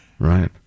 right